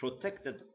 protected